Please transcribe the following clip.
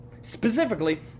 Specifically